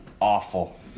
awful